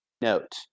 Note